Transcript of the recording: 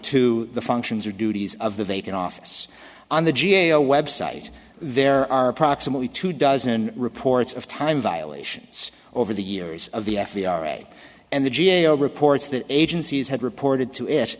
to the functions or duties of the vacant office on the g a o website there are approximately two dozen reports of time violations over the years of the f b i and the g a o reports that agencies had reported to